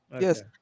yes